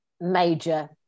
major